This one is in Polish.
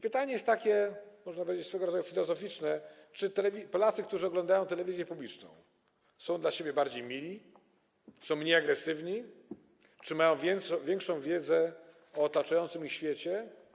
Pytanie jest takie, można powiedzieć, swego rodzaju filozoficzne, czy Polacy, którzy oglądają telewizję publiczną, są dla siebie bardziej mili, są mniej agresywni, czy mają większą wiedzę o otaczającym ich świecie.